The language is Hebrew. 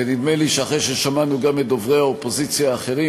ונדמה לי שאחרי ששמענו גם את דוברי האופוזיציה האחרים,